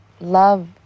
love